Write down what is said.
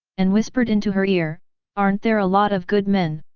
and whispered into her ear aren't there a lot of good men?